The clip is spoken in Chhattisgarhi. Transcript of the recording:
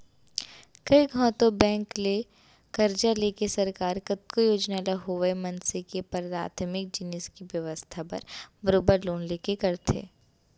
कइ घौं तो बेंक ले करजा लेके सरकार कतको योजना ल होवय मनसे के पराथमिक जिनिस के बेवस्था बर बरोबर लोन लेके करथे